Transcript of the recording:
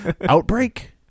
Outbreak